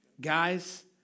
Guys